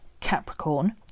Capricorn